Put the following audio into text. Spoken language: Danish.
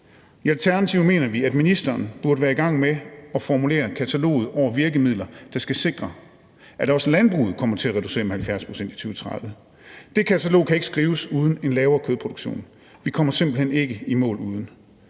I Alternativet mener vi, at ministeren burde være i gang med at formulere kataloget over virkemidler, der skal sikre, at også landbruget kommer til at reducere med 70 pct. i 2030. Det katalog kan ikke skrives uden en lavere kødproduktion; vi kommer simpelt hen ikke i mål uden.